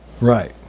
right